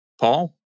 Paul